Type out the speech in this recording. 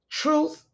truth